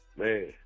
man